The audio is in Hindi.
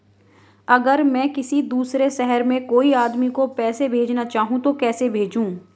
अगर मैं किसी दूसरे शहर में कोई आदमी को पैसे भेजना चाहूँ तो कैसे भेजूँ?